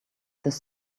this